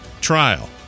trial